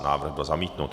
Návrh byl zamítnut.